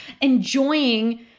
enjoying